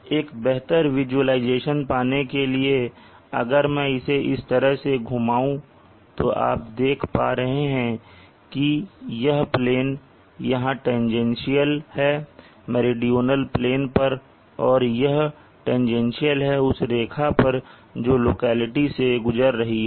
एक बेहतर विजुलाइजेशन पाने के लिए अगर मैं इसे इस तरह से घुमाओ तो आप देख पा रहे हैं कि यह प्लेन यहां टांगेंशियल है मेरीडोनल प्लेन पर और यह टांगेंशियल है उस रेखा पर जो लोकेलिटी से गुजर रही है